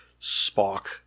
Spock